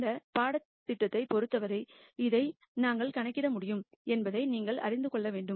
இந்த பாடத்திட்டத்தைப் பொருத்தவரை இதை நாங்கள் கணக்கிட முடியும் என்பதை நீங்கள் அறிந்து கொள்ள வேண்டும்